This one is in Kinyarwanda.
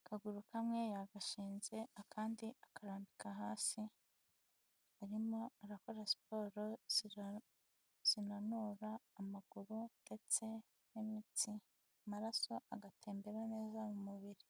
akaguru kamwe yagashinze akandi akarambika hasi, arimo arakora siporo zinanura amaguru ndetse n'imitsi. Amaraso agatembera neza mu mubiri.